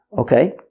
Okay